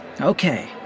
Okay